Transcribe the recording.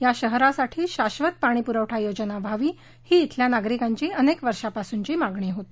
या शहरासाठी शाश्वत पाणी पुरवठा योजना व्हावी ही श्वल्या नागरीकांची अनेक वर्षापासूनची मागणी होती